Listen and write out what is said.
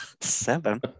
Seven